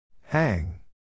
Hang